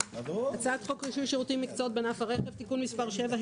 הצעת חוק רישוי שירותים ומקצועות בענף הרכב (תיקון מס' 7),